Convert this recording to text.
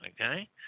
okay